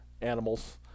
animals